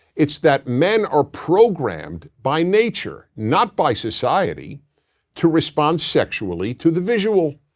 it's that men are programmed by nature not by society to respond sexually to the visual.